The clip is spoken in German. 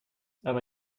aber